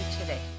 today